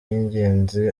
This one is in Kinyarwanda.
y’ingenzi